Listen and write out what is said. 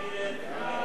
מי נמנע?